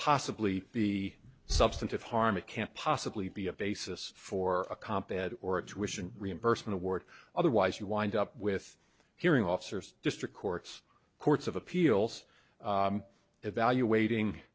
possibly be substantive harm it can't possibly be a basis for a comp and or a jewish and reimbursement award otherwise you wind up with hearing officers district courts courts of appeals evaluating